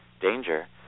danger